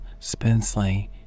Spensley